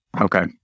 Okay